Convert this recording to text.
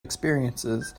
experiences